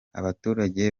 abaturage